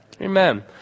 Amen